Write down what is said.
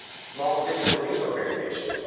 small digital news organization,